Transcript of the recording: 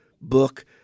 book